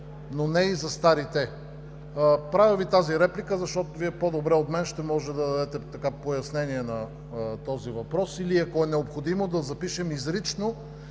възможност